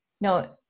No